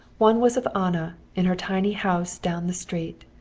one was of anna, in her tiny house down the street,